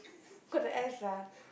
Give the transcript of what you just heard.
got the S ah